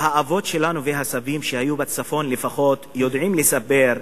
האבות שלנו והסבים שהיו בצפון לפחות יודעים לספר,